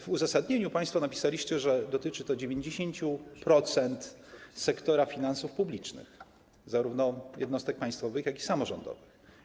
W uzasadnieniu państwo napisaliście, że dotyczy to 90% sektora finansów publicznych, zarówno jednostek państwowych, jak i samorządowych.